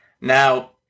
Now